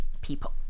people